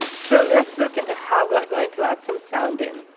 so let's look into how we are going to add some sound in.